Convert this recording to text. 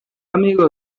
amigo